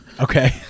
Okay